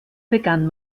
begann